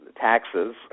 taxes